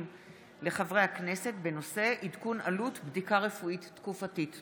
לחברי הכנסת בנושא: עדכון עלות בדיקה רפואית תקופתית.